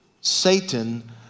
Satan